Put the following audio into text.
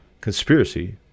conspiracy